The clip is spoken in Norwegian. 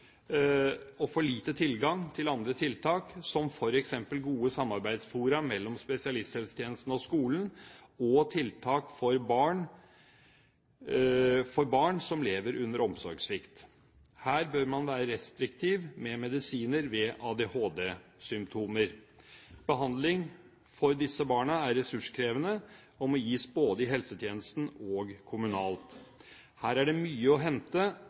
og for lite tilgang til andre tiltak som f.eks. gode samarbeidsfora mellom spesialisthelsetjenesten og skolen, og tiltak for barn som lever under omsorgssvikt. Her bør man være restriktiv med medisiner ved ADHD-symptomer. Behandling for disse barna er ressurskrevende og må gis både i helsetjenesten og kommunalt. Her er det mye å hente,